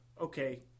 okay